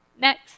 Next